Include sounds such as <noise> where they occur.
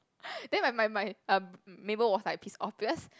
<laughs> then my my my um neighbour was like pissed off because